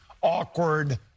awkward